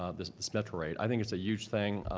um this this metro rate. i think it's a huge thing.